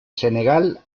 senegal